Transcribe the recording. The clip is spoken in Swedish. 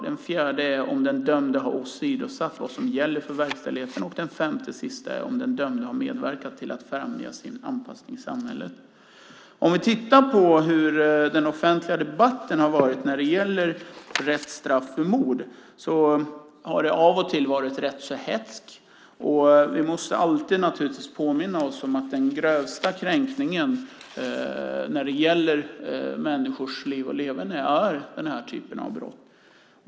Det fjärde är om den dömde har åsidosatt vad som gäller för verkställigheten. Det femte och sista är om den dömde har medverkat till att främja sin anpassning i samhället. Tittar vi på hur den offentliga debatten har varit när det gäller rätt straff för mord har den av och till varit rätt så hätsk. Vi måste alltid påminna oss om att den grövsta kränkningen när det gäller människors liv och leverne är denna typ av brott.